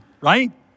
right